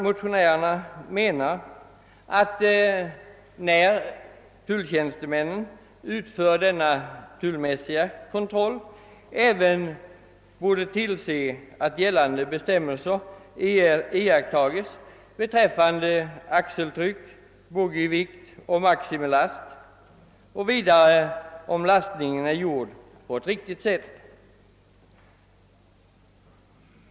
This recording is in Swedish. Motionärerna menar att tulltjänstemännen när de utför denna tullmässiga kontroll även borde tillse att gällande bestämmelser beträffande axeltryck, boggievikt och maximilast iakttagits och vidare att lastningen är gjord på ett riktigt sätt.